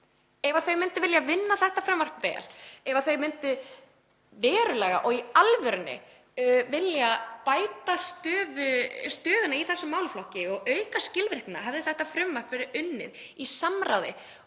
Ef þau hefðu viljað vinna þetta frumvarp vel, ef þau vildu verulega og í alvörunni bæta stöðuna í þessum málaflokki og auka skilvirknina, hefði þetta frumvarp verið unnið í samráði